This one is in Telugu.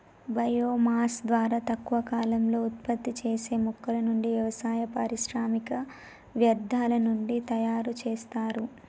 బయో మాస్ ద్వారా తక్కువ కాలంలో ఉత్పత్తి చేసే మొక్కల నుండి, వ్యవసాయ, పారిశ్రామిక వ్యర్థాల నుండి తయరు చేస్తారు